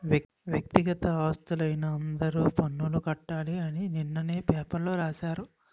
వ్యక్తిగత ఆస్తులైన అందరూ పన్నులు కట్టాలి అని నిన్ననే పేపర్లో రాశారు